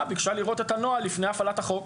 ביקשה לראות את הנוהל לפני הפעלת החוק.